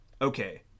Okay